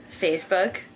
Facebook